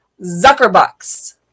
Zuckerbucks